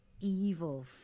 evil